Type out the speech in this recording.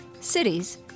Cities